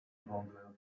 vendeur